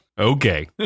Okay